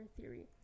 theory